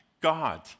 God